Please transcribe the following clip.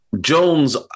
Jones